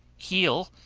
heel,